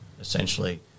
essentially